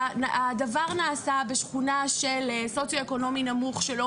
הדבר נעשה בשכונה של סוציואקונומי נמוך שלא